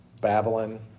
Babylon